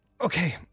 Okay